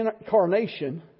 incarnation